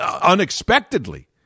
unexpectedly